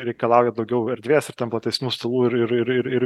reikalauja daugiau erdvės ir tampa tais mus stalų ir ir ir ir